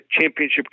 championship